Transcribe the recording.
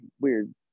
weird